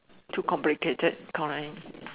too complicated correct